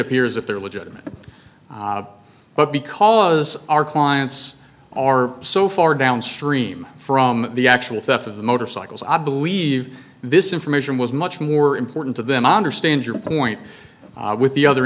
appear as if they're legitimate but because our clients are so far downstream from the actual theft of the motorcycles i believe this information was much more important to them i understand your point with the other